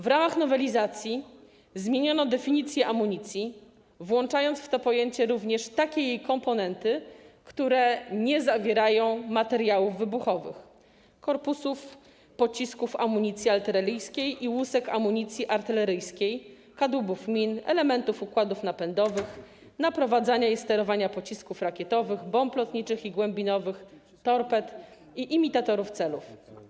W ramach nowelizacji zmieniono definicję amunicji, włączając w to pojęcie również takie jej komponenty, które nie zawierają materiałów wybuchowych - korpusów pocisków amunicji artyleryjskiej i łusek amunicji artyleryjskiej, kadłubów min, elementów układów napędowych, naprowadzania i sterowania pocisków rakietowych, bomb lotniczych i głębinowych, torped i imitatorów celów.